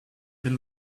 been